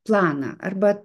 planą arba